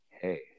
hey